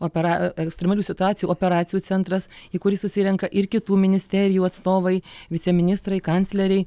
opera ekstremalių situacijų operacijų centras į kurį susirenka ir kitų ministerijų atstovai viceministrai kancleriai